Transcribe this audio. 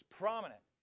prominent